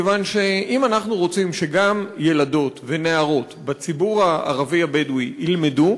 אם אנחנו רוצים שגם ילדות ונערות בציבור הערבי הבדואי ילמדו,